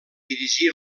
dirigí